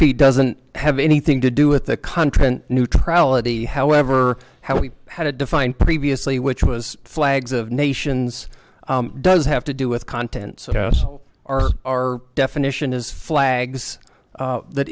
feet doesn't have anything to do with the content neutrality however how we had to define previously which was flags of nations does have to do with contents are our definition is flags that